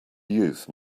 youth